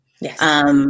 Yes